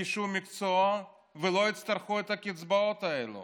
ירכשו מקצוע ולא יצטרכו את הקצבאות האלה